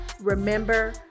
remember